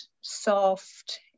soft